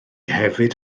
hefyd